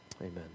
Amen